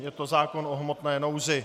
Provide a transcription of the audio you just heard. Je to zákon o hmotné nouzi.